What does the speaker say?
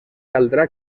caldrà